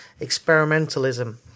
experimentalism